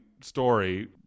story